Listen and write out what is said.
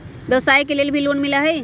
व्यवसाय के लेल भी लोन मिलहई?